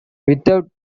without